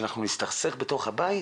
שאנחנו נסתכסך בתוך הבית?